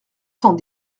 cent